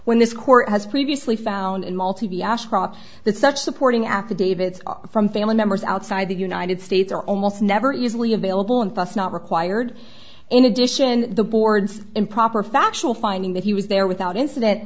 when this court has previously found in multi v ashcroft that such supporting affidavits from family members outside the united states are almost never easily available and just not required in addition the board's improper factual finding that he was there without incident